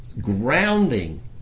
grounding